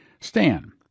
Stan